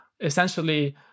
essentially